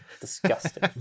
disgusting